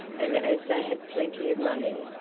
and as they had plenty of money,